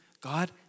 God